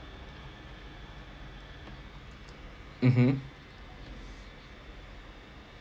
mmhmm